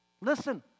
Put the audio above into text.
listen